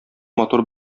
матур